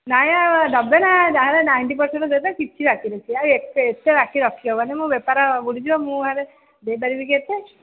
ନାଇଁ ଆଉ ଦେବେ ନା ଯାହାହେଲେ ନାଇଣ୍ଟି ପର୍ସେଣ୍ଟ୍ ଦେବେ କିଛି ବାକି ରଖିବାନି ଆଉ ଏତେ ବାକି ରଖି ହେବନି ମୋ ବେପାର ବୁଡ଼ିଯିବ ମୁଁ ହେଲେ ଦେଇପାରିବି ଏତେ